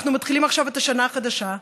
אנחנו מתחילים עכשיו את השנה החדשה,